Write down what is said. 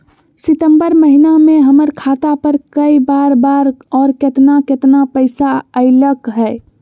सितम्बर महीना में हमर खाता पर कय बार बार और केतना केतना पैसा अयलक ह?